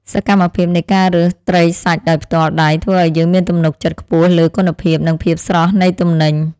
សកម្មភាពនៃការរើសត្រីសាច់ដោយផ្ទាល់ដៃធ្វើឱ្យយើងមានទំនុកចិត្តខ្ពស់លើគុណភាពនិងភាពស្រស់នៃទំនិញ។